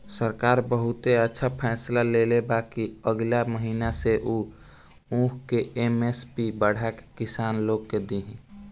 सरकार बहुते अच्छा फैसला लेले बा कि अगिला महीना से उ ऊख के एम.एस.पी बढ़ा के किसान लोग के दिही